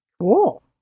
Cool